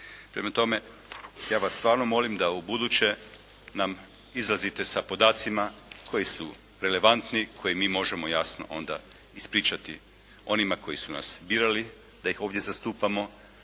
Prema tome ja vas stvarno molim da u buduće nam izlazite sa podacima koji su relevantni koje mi možemo jasno onda ispričati onima koji su nas birali da ih ovdje zastupamo,